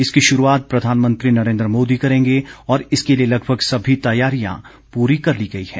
इसकी शुरुआत प्रधानमंत्री नरेन्द्र मोदी करेंगे और इसके लिए लगभग सभी तैयारियां पूरी कर ली गई है